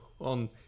on